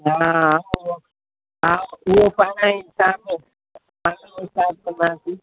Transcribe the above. हा हा हा उहो पाणे ईंदा आहिनि